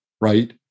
right